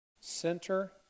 Center